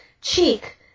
cheek